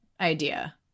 idea